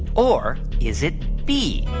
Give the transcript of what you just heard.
or is it b,